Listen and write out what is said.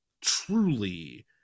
truly